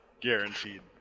guaranteed